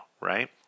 right